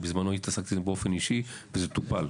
אני בזמנו התעסקי בזה באופן אישי, וזה טופל.